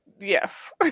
yes